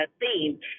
theme